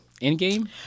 Endgame